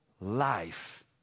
life